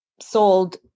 sold